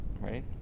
Right